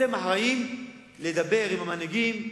אתם אחראים לדבר עם המנהיגים,